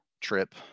trip